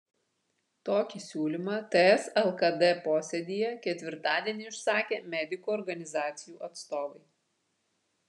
tokį siūlymą ts lkd posėdyje ketvirtadienį išsakė medikų organizacijų atstovai